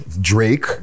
Drake